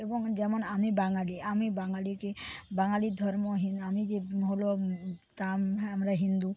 এবং যেমন আমি বাঙালি আমি বাঙালিকে বাঙালি ধর্মহীন আমি যে হলো তা আমি হ্যাঁ আমরা হিন্দু